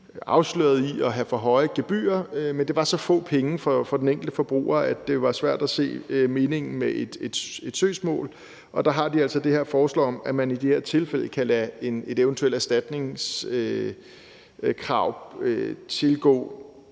afsløret i at have for høje gebyrer, men det var så få penge for den enkelte forbruger, at det var svært at se meningen med et søgsmål, og der har de altså det her forslag om, at man i de tilfælde kan lade et eventuelt erstatningskrav tilgå